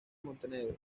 montenegro